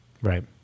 Right